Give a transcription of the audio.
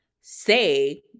say